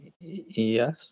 Yes